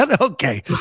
okay